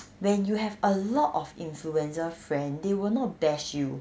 when you have a lot of influencer friend they will not bash you